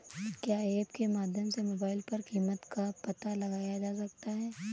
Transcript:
क्या ऐप के माध्यम से मोबाइल पर कीमत का पता लगाया जा सकता है?